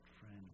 friend